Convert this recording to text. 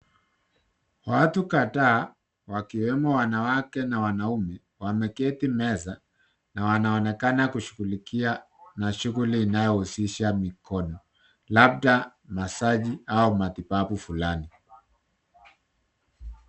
Watu kadhaa, wakiwemo wanawake na wanaume, wameketi meza, na wanaonekana kushughulikia na shughli inayohusisha mikono. Labda massage[cs} au matibabu fulani.